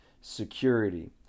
security